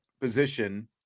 position